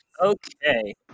Okay